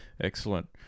Excellent